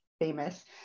famous